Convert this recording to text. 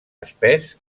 espès